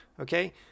Okay